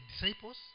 disciples